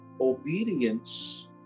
obedience